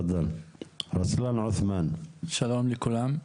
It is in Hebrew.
שלום לכולם.